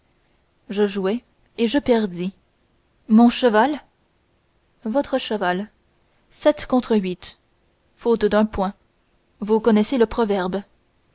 je jouai et je perdis mon cheval votre cheval sept contre huit faute d'un point vous connaissez le proverbe